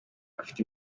afite